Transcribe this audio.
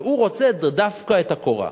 והוא רוצה דווקא את הקורה.